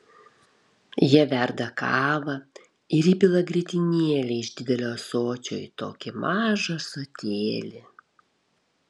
jie verda kavą ir įpila grietinėlę iš didelio ąsočio į tokį mažą ąsotėlį